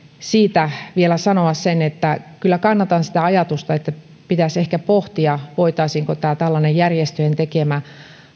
siitä sanoa vielä sen että kyllä kannatan sitä ajatusta että pitäisi ehkä pohtia voitaisiinko tämä tällainen järjestöjen tekemä